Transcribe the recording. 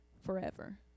forever